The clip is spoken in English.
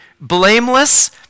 blameless